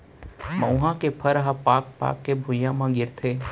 मउहा के फर ह पाक पाक के भुंइया म गिरथे